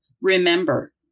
Remember